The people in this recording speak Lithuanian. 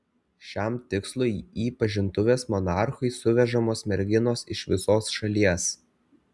šiam tikslui į pažintuves monarchui suvežamos merginos iš visos šalies